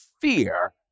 fear